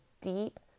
deep